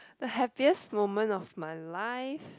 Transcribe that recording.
the happiest moment of my life